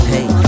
Hey